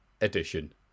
edition